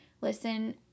listen